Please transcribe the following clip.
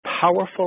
powerful